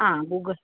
आं गुगल